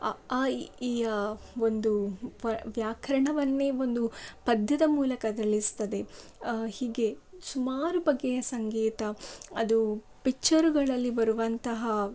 ಅ ಆ ಇ ಈ ಯ ಒಂದು ವ್ಯಾಕರಣವನ್ನೇ ಒಂದು ಪದ್ಯದ ಮೂಲಕ ಅದು ಕಲಿಸ್ತದೆ ಹೀಗೆ ಸುಮಾರು ಬಗೆಯ ಸಂಗೀತ ಅದು ಪಿಚ್ಚರ್ಗಳಲ್ಲಿ ಬರುವಂತಹ